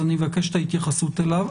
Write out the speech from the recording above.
אז אני מבקש את ההתייחסות אליו.